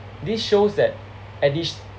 this shows that edit~